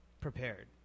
prepared